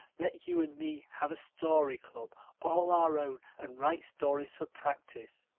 let you and me have a story club all our own and write stories for practice.